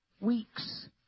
weeks